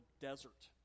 desert